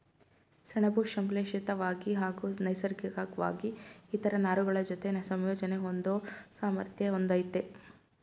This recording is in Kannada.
ಸೆಣಬು ಸಂಶ್ಲೇಷಿತ್ವಾಗಿ ಹಾಗೂ ನೈಸರ್ಗಿಕ್ವಾಗಿ ಇತರ ನಾರುಗಳಜೊತೆ ಸಂಯೋಜನೆ ಹೊಂದೋ ಸಾಮರ್ಥ್ಯ ಹೊಂದಯ್ತೆ